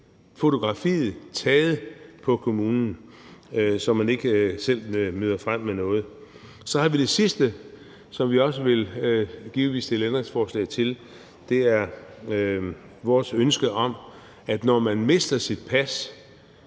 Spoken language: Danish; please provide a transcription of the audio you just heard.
få billedet taget hos kommunen, så de ikke selv møder frem med noget. Så er der det sidste, som vi givetvis også vil stille ændringsforslag til. Det drejer sig om vores ønske om, at når man mister sit pas,